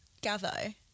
Gather